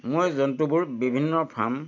মই জন্তুবোৰ বিভিন্ন ফাৰ্ম